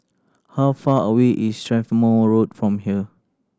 how far away is Strathmore Road from here